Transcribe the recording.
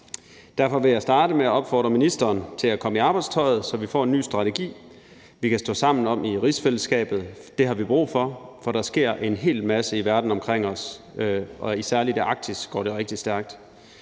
Derfor vil jeg starte med at opfordre ministeren til at trække i arbejdstøjet, så vi får en ny strategi, vi kan stå sammen om i rigsfællesskabet. Det har vi brug for, for der sker en hel masse i verden omkring os, og særlig i Arktis går det rigtig stærkt.